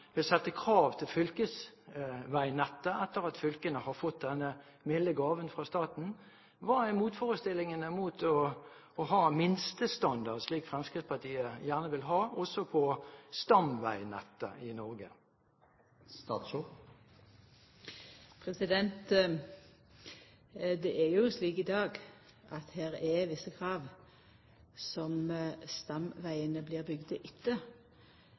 vil sette krav til fylkesveinettet etter at fylkene har fått denne milde gaven fra staten. Hva er motforestillingene mot å ha minstestandard, slik Fremskrittspartiet gjerne vil ha, også på stamveinettet i Norge? Det er jo slik i dag at det er visse krav som stamvegane blir bygde etter,